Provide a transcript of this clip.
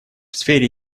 сфере